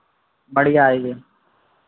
बढ़ियाँ आएगी